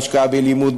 בהשקעה בלימוד,